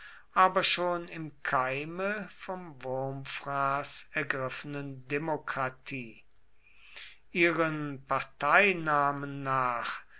aber schon im keime vom wurmfraß ergriffenen demokratie ihren parteinamen nach